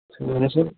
sir